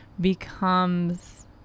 becomes